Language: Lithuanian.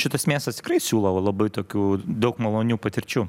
šitas miestas tikrai siūlo labai tokių daug malonių patirčių